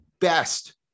best